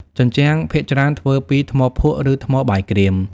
ជញ្ជាំង ភាគច្រើនធ្វើពី ថ្មភក់ ឬ ថ្មបាយក្រៀម។